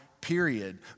period